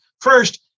First